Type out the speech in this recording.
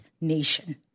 nation